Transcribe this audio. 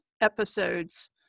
episodes